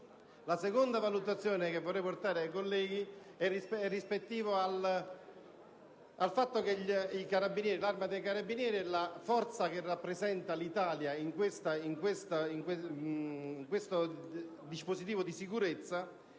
La seconda valutazione che vorrei sottoporre ai colleghi è riferita al fatto che l'Arma dei carabinieri è la forza che rappresenta l'Italia in questo dispositivo di sicurezza